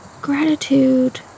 Gratitude